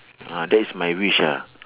ah that is my wish ah